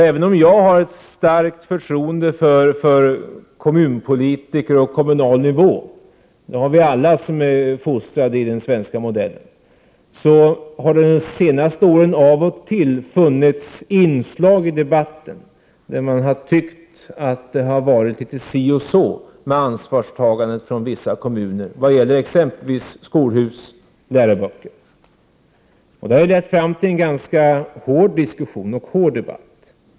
Även om jag har ett stort förtroende för kommunpolitiker och kommunal nivå — det har alla vi som är fostrade i den svenska modellen — har det under de senaste åren av och till funnits inslag i debatten där man har tyckt att det har varit litet si och så med ansvarstagandet från vissa kommuner när det gäller exempelvis skolhus och läroböcker. Det har lett fram till en ganska hård diskussion och debatt.